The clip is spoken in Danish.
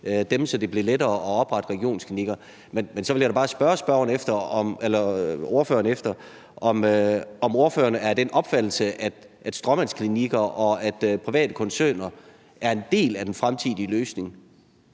dem, så det blev lettere at oprette regionsklinikker. Men så vil jeg da bare spørge ordføreren, om ordføreren er af den opfattelse, at stråmandsklinikker og private koncerner er en del af den fremtidige løsning.